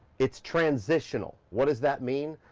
it's transitional. what does that mean?